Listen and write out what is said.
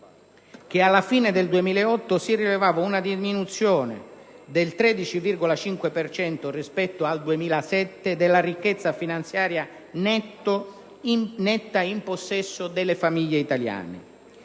che alla fine del 2008 si rilevava una diminuzione del 13,5 per cento rispetto al 2007 della ricchezza finanziaria netta in possesso delle famiglie italiane.